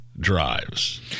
drives